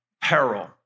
peril